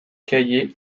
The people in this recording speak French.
cahiers